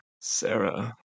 Sarah